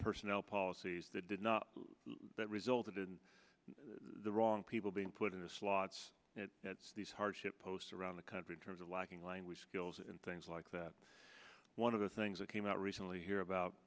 personnel policies that did not result in the wrong people being put in the slots at these hardship posts around the country in terms of lacking language skills and things like that one of the things that came out recently here about